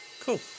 Cool